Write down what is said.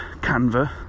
Canva